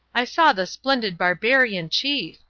i saw the splendid barbarian chief.